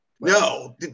No